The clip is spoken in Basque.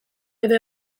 edo